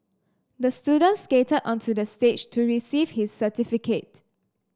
the student skated onto the stage to receive his certificate